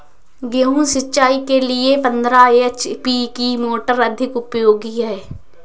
गेहूँ सिंचाई के लिए पंद्रह एच.पी की मोटर अधिक उपयोगी है?